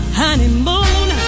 honeymoon